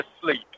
asleep